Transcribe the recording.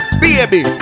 baby